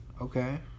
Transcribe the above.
Okay